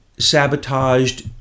sabotaged